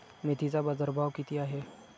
मेथीचा बाजारभाव किती आहे?